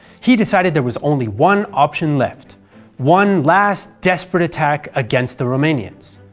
he decided there was only one option left one last desperate attack against the romanians.